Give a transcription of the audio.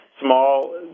small